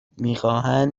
میخواهند